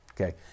Okay